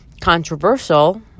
controversial